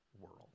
world